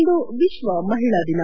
ಇಂದು ವಿತ್ವ ಮಹಿಳಾ ದಿನ